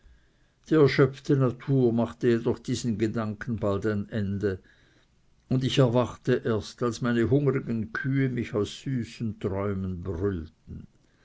die erschöpfte natur machte jedoch diesen gedanken bald ein ende und ich erwachte erst als meine hungrigen kühe mich aus süßen träumen brüllten